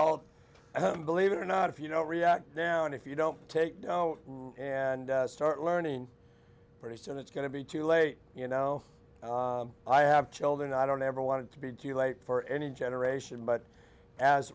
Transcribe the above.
all believe it or not if you know react down if you don't take and start learning pretty soon it's going to be too late you know i have children i don't ever want to be too late for any generation but as